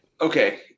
okay